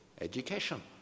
education